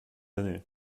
années